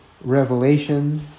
Revelation